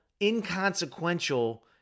inconsequential